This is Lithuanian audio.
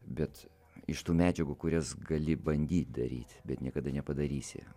bet iš tų medžiagų kurias gali bandyt daryt bet niekada nepadarysi